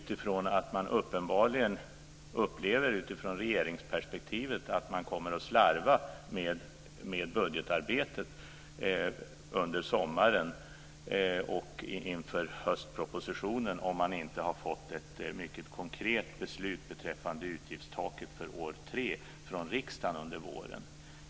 Man upplever uppenbarligen från regeringsperspektivet att man kommer att slarva med budgetarbetet under sommaren inför höstpropositionen om man inte har fått ett konkret beslut från riksdagen under våren beträffande utgiftstaket för år 3.